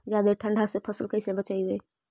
जादे ठंडा से फसल कैसे बचइबै?